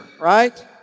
right